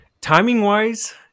Timing-wise